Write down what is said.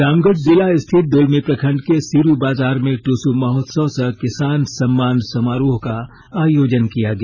रामगढ़ जिला स्थित दुलमी प्रखंड के सिरु बाजार में टुसू महोत्सव सह किसान सम्मान समारोह का आयोजन किया गया